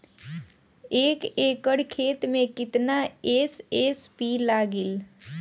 एक एकड़ खेत मे कितना एस.एस.पी लागिल?